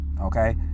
okay